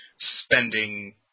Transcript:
spending